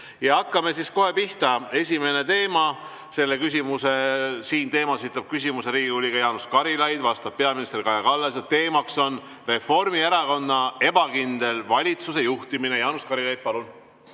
Ja hakkame siis kohe pihta. Esimese teema kohta esitab küsimuse Riigikogu liige Jaanus Karilaid, vastab peaminister Kaja Kallas ja teema on Reformierakonna ebakindel valitsuse juhtimine. Jaanus Karilaid, palun!